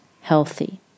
healthy